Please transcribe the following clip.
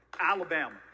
Alabama